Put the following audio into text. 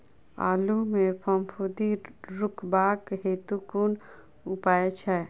आलु मे फफूंदी रुकबाक हेतु कुन उपाय छै?